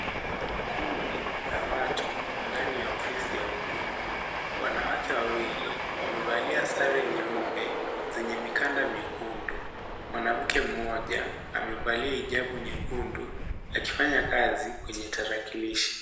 Kundi la watu ndani ya ofisi ya huduma. Wanawake wawili wamevalia sare nyeupe zenye mikanda nyekundu. Mwanamke mmoja amevalia hijabu nyekundu akifanya kazi kwenye tarakilishi.